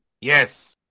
yes